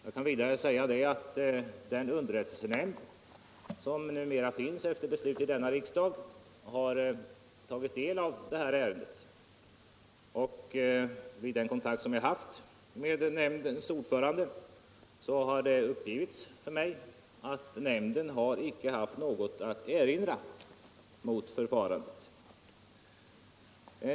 Jag kan vidare säga att den underrättelsenämnd som efter beslut i riksdagen numera finns har tagit del av ärendet. Vid den kontakt som Jag haft med nämndens ordförande har det uppgivits för mig att nämnden icke har haft något att erinra mot förfarandet.